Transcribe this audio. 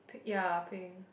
p~ ya pink